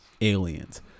aliens